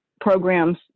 programs